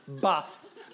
bus